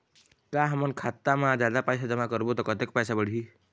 का हमन खाता मा जादा पैसा जमा करबो ता कतेक पैसा बढ़ही?